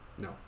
No